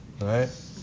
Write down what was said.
right